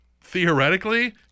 theoretically